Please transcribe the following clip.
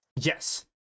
Yes